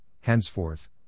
henceforth